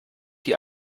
die